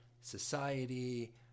society